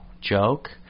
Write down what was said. joke